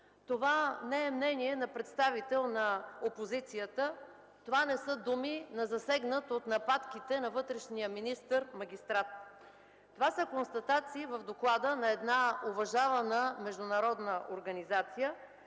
това не е мнение на представител на опозицията, това не са думи на засегнат от нападките на вътрешния министър магистрат. Това са констатации в доклада на една уважавана международна организация